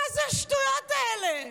מה זה השטויות האלה?